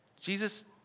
Jesus